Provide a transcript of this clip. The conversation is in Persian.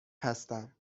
هستم